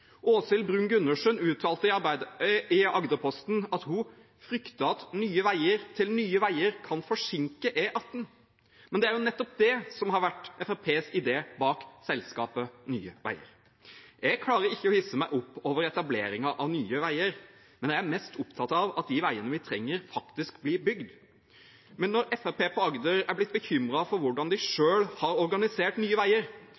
Åshild Bruun-Gundersen uttalte i Agderposten at hun fryktet at nye veier til Nye Veier kan forsinke E18. Men det er jo nettopp det som har vært Fremskrittspartiets idé bak selskapet Nye Veier. Jeg klarer ikke å hisse meg opp over etableringen av Nye Veier, men jeg er mest opptatt av at de veiene vi trenger, faktisk blir bygd. Men når Fremskrittspartiet for Agder er bekymret for hvordan de selv har organisert Nye Veier,